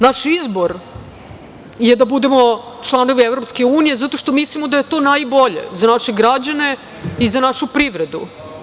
Naš izbor je da budemo članovi EU zato što mislimo da je to najbolje za naše građane i za našu privredu.